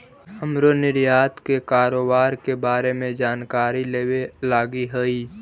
हमरो निर्यात के कारोबार के बारे में जानकारी लेबे लागी हई